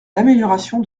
l’amélioration